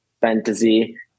fantasy